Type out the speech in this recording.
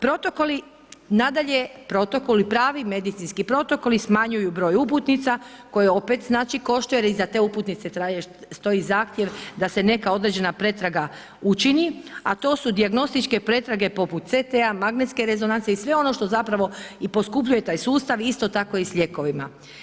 Protokoli nadalje, protokoli pravi medicinski protokoli smanjuju broj uputnica koje opet znači koštaju jer iza te uputnice stoji zahtjev da se neka određena pretraga učini, a to su dijagnostičke pretrage poput CT-a, magnetske rezonance i sve ono što zapravo i poskupljuje taj sustav isto tako i sa lijekovima.